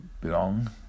belong